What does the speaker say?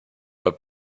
but